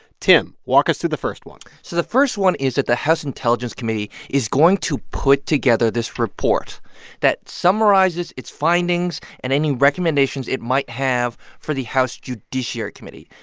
tim, walk us through the first one so the first one is that the house intelligence committee is going to put together this report that summarizes its findings and any recommendations it might have for the house judiciary committee.